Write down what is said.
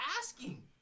asking